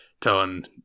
telling